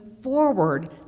forward